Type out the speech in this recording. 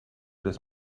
des